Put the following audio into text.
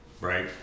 Right